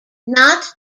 not